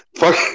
fuck